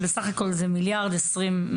שבסך הכל הם 1.25 מיליארד ₪.